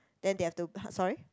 then they have to sorry